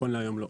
נכון להיום לא.